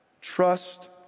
Trust